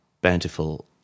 bountiful